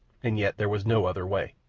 and yet there was no other way.